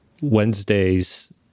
Wednesdays